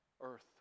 earth